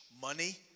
money